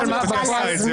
מה קורה בפרקטיקה?